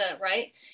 right